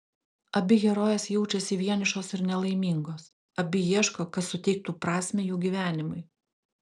abi herojės jaučiasi vienišos ir nelaimingos abi ieško kas suteiktų prasmę jų gyvenimui